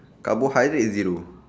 carbohydrate zero